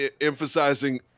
emphasizing